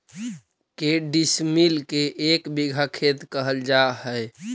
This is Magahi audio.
के डिसमिल के एक बिघा खेत कहल जा है?